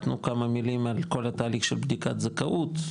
תנו כמה מילים על כל התהליך של בדיקת זכאות,